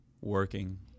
working